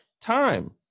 time